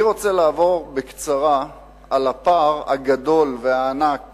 אני רוצה לעבור בקצרה על הפער הגדול והענק